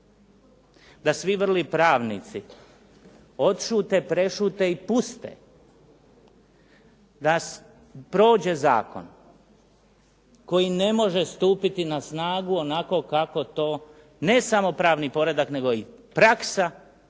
da svi vrli pravnici odšute, prešute i puste da prođe zakon koji ne može stupiti na snagu onako kako to ne samo pravni pored nego i praksa